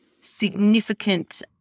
significant